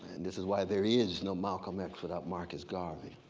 and this is why there is no malcolm x without marcus garvey.